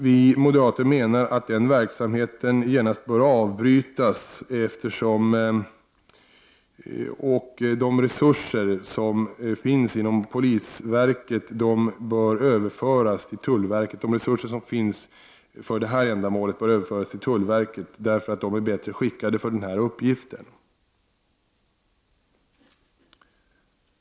Vi moderater menar att den verksamheten genast bör avbrytas och att de resurser som finns för detta ändamål inom polisverket bör överföras till tullverket, eftersom det är bättre skickat för den här uppgiften.